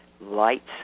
lights